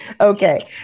Okay